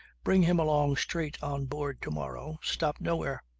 bring him along straight on board to-morrow. stop nowhere.